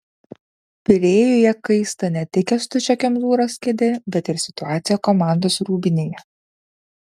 pirėjuje kaista ne tik kęstučio kemzūros kėdė bet ir situacija komandos rūbinėje